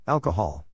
Alcohol